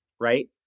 right